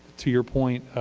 two your point,